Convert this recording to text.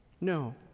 No